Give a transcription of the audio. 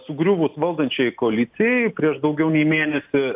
sugriuvus valdančiajai koalicijai prieš daugiau nei mėnesį